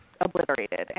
obliterated